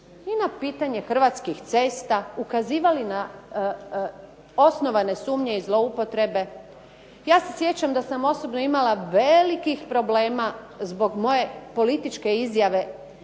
i na pitanje Hrvatskih cesta, ukazivali na osnovane sumnje i zloupotrebe. Ja se sjećam da sam osobno imala velikih problema zbog moje političke izjave